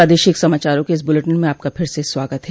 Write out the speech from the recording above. प्रादेशिक समाचारों के इस बुलेटिन में आपका फिर से स्वागत है